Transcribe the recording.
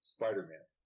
Spider-Man